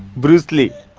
bruce lee!